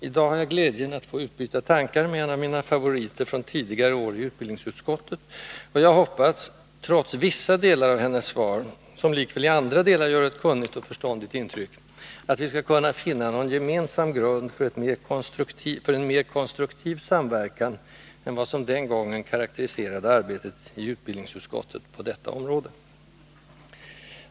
I dag har jag glädjen att få utbyta tankar med en av mina favoriter från tidigare år i utbildningsutskottet, och jag hoppas — trots vissa delar av hennes svar, som likväl i andra delar gör ett kunnigt och förståndigt intryck — att vi skall finna någon gemensam grund för en mera konstruktiv samverkan än vad som den gången karakteriserade arbetet i utbildningsutskottet på detta område.